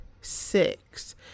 six